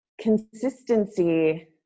consistency